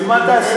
אז מה תעשו?